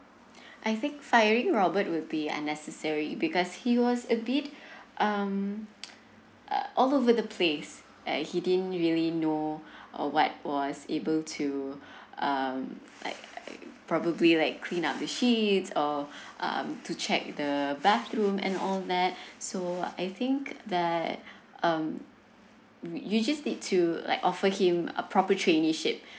I think firing robert will be unnecessary because he was a bit um uh all over the place like he didn't really know or what was able to um like probably like clean up the sheets or um to check the bathroom and all that so I think that um you just need to like offer him a proper traineeship